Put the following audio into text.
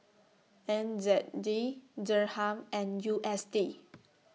N Z D Dirham and U S D